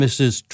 Mrs